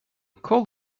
call